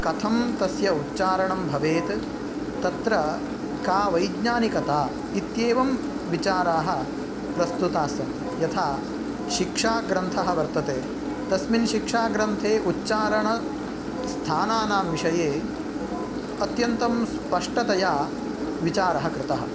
कथं तस्य उच्चारणं भवेत् तत्र का वैज्ञानिकता इत्येवं विचाराः प्रस्तुतास्सन्ति यथा शिक्षा ग्रन्थः वर्तते तस्मिन् शिक्षा ग्रन्थे उच्चारणस्थानानां विषये अत्यन्तं स्पष्टतया विचारः कृतः